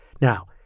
Now